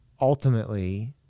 ultimately